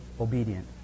obedient